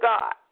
God